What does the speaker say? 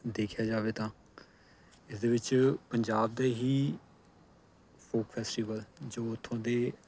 ਦੇਖਿਆ ਜਾਵੇ ਤਾਂ ਇਸਦੇ ਵਿੱਚ ਪੰਜਾਬ ਦੇ ਹੀ ਫੌਕ ਫੈਸਟੀਵਲ ਜੋ ਇੱਥੋਂ ਦੇ